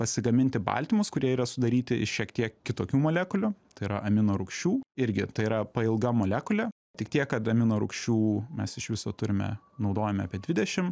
pasigaminti baltymus kurie yra sudaryti iš šiek tiek kitokių molekulių tai yra aminorūgščių irgi tai yra pailga molekulė tik tiek kad aminorūgščių mes iš viso turime naudojame apie dvidešim